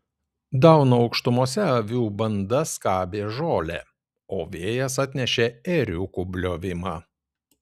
dauno aukštumose avių banda skabė žolę o vėjas atnešė ėriukų bliovimą